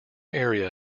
area